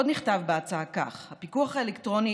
עוד נכתב בהצעה כך: "הפיקוח האלקטרוני